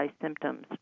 symptoms